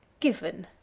given.